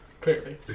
clearly